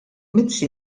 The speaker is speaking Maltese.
mizzi